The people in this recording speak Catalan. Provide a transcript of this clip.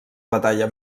batalla